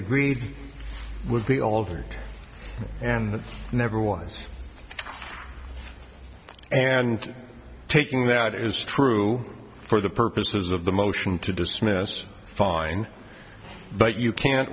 agreed would be altered and never was and taking that is true for the purposes of the motion to dismiss fine but you can't